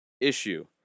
issue